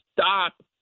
stop